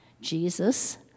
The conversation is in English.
Jesus